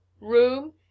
Room